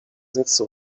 sätze